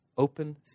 Open